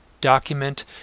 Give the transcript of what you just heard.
document